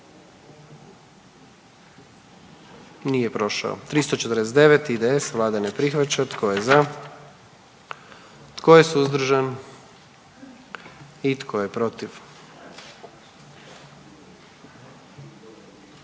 zastupnika SDP-a, vlada ne prihvaća. Tko je za? Tko je suzdržan? Tko je protiv?